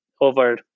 over